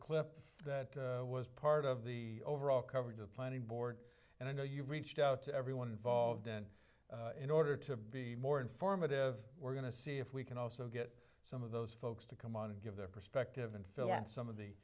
clip that was part of the overall coverage of planning board and i know you've reached out to everyone involved in order to be more informative we're going to see if we can also get some of those folks to come out to give their perspective and fill at some of the